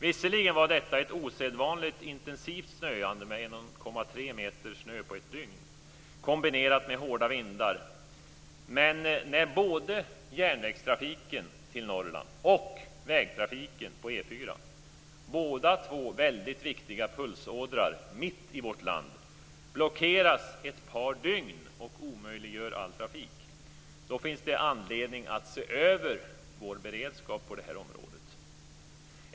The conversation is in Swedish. Visserligen var detta ett osedvanligt intensivt snöande med 1,3 meter snö på ett dygn, kombinerat med hårda vindar, men när både järnvägstrafiken på Norrland och vägtrafiken på E 4, bägge två väldigt viktiga pulsådror mitt i vårt land, blockeras ett par dygn och all trafik omöjliggörs finns det anledning att se över vår beredskap på det här området.